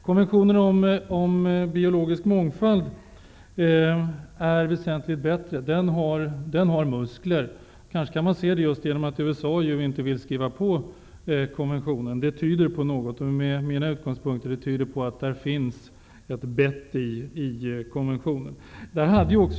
Konventionen om biologisk mångfald är väsentligt bättre. Den har muskler. Ett tecken på det är att USA inte vill skriva på konventionen. Det tyder på att det finns ett bett i konventionen.